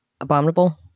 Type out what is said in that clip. Abominable